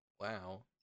Wow